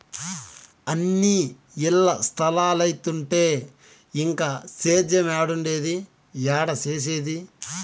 అన్నీ ఇల్ల స్తలాలైతంటే ఇంక సేద్యేమేడుండేది, ఏడ సేసేది